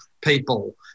people